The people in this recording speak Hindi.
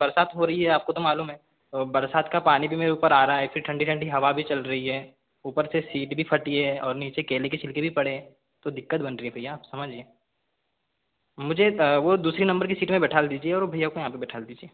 बरसात हो रही है आप को तो मालूम है और बरसात का पानी भी मेरे ऊपर आ रहा है फिर ठंडी ठंडी हवा भी चल रही है ऊपर से सीट भी फटी है और नीचे केले के छिलके भी पड़े हैं तो दिक्कत बन रही है भैया आप समझिए मुझे वो दूसरी नंबर की सीट में बैठाल दीजिए और वो भैया को यहाँ पे बैठाल दीजिए